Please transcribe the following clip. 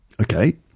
Okay